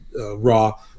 Raw